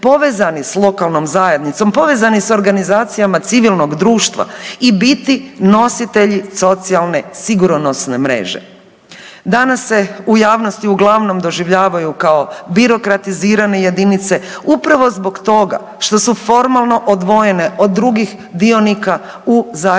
povezani s lokalnom zajednicom, povezani s organizacijama civilnog društva i biti nositelji socijalne sigurnosne mreže. Danas se u javnosti uglavnom doživljavaju kao birokratizirane jedinice upravo zbog toga što su formalno odvojene od drugih dionika u zajednici